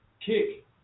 Kick